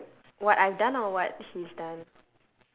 like what I have I done or what he's done